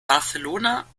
barcelona